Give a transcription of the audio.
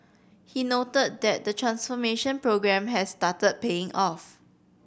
he noted that the transformation programme has started paying off